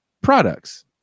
products